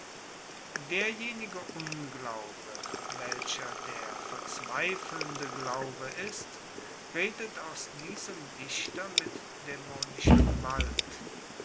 derjenige unglaube welcher der verzweifelnde glaube ist redet aus diesem dichter mit daemonischer gewalt